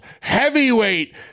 heavyweight